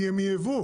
כי הם מייבוא,